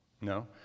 No